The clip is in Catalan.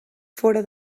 fora